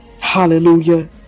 Hallelujah